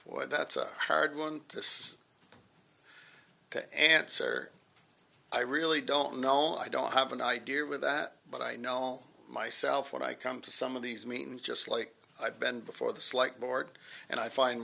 or that's a hard one this answer i really don't know i don't have an idea with that but i know myself when i come to some of these i mean just like i've been before this like board and i find